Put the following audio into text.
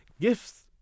gifts